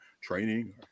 training